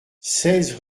seize